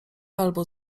albo